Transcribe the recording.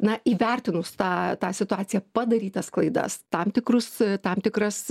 na įvertinus tą tą situaciją padarytas klaidas tam tikrus tam tikras